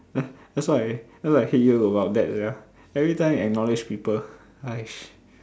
!huh! that's why that's what I hate you about that sia everytime you acknowledge people !hais!